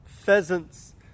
Pheasants